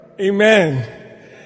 Amen